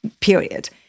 period